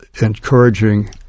encouraging